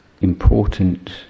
important